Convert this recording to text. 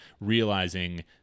realizing